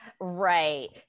right